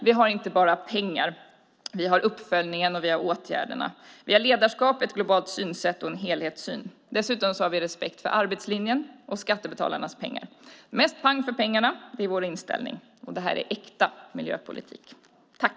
Vi har inte bara pengar. Vi har också uppföljningen och åtgärderna. Vi har ledarskap, ett globalt synsätt och en helhetssyn. Dessutom har vi respekt för arbetslinjen och för skattebetalarnas pengar. Mest pang för pengarna; det är vår inställning. Det här är äkta miljöpolitik.